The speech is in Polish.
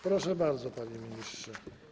Proszę bardzo, panie ministrze.